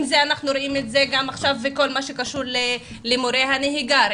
אנחנו רואים את זה גם עכשיו בכל מה שקשור למורי הנהיגה.